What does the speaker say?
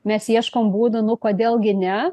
mes ieškom būdų nu kodėl gi ne